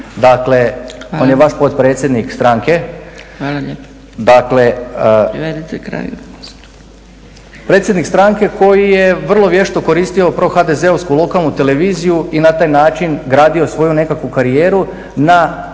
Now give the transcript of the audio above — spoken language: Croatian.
Hvala. Privedite kraju. **Rimac, Damir (SDP)** Dakle, predsjednik stranke koji je vrlo vješto koristio prohadezeovsku lokalnu televiziju i na taj način gradio svoju nekakvu karijeru na